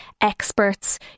experts